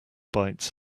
bites